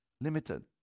limited